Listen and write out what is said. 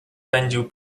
pędził